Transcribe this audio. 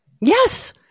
Yes